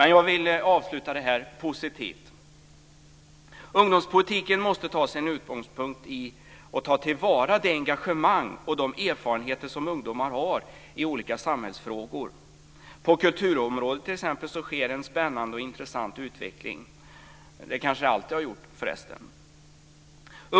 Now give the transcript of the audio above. Men jag vill avsluta detta positivt. Ungdomspolitiken måste ta sin utgångspunkt i och ta till vara det engagemang och de erfarenheter som ungdomar har i olika samhällsfrågor. Det kanske det alltid har gjort, förresten.